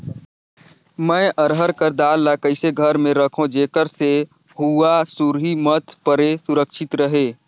मैं अरहर कर दाल ला कइसे घर मे रखों जेकर से हुंआ सुरही मत परे सुरक्षित रहे?